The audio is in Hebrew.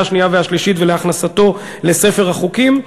השנייה והשלישית ולהכנסתו לספר החוקים.